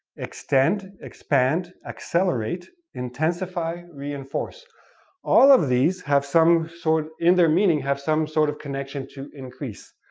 extend, expand, accelerate, intensify, reinforce all of these have some sort, in their meaning, have some sort of connection to increase.